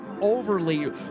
overly